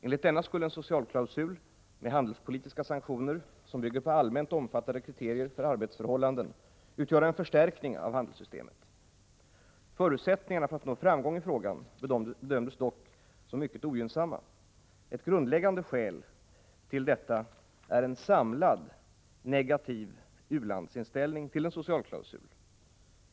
Enligt denna skulle en socialklausul med handelspolitiska sanktioner, som bygger på allmänt omfattade kriterier för arbetsförhållanden, utgöra en förstärkning av handelssystemet. Förutsättningarna för att nå framgång i frågan bedömdes dock som mycket ogynnsamma. Ett grundläggande skäl till detta är en samlad negativ u-landsinställning till en socialklausul.